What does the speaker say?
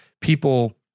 people